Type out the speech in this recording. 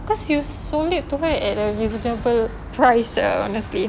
cause you sold it to her at a reasonable price uh honestly